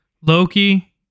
Loki